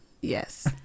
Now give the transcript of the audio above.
Yes